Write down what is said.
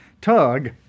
tug